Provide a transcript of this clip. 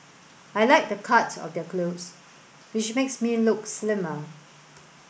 I like the cut of their clothes which makes me look slimmer